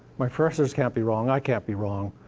my professors can't be wrong. i can't be wrong.